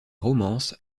romances